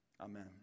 Amen